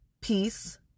peace